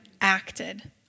acted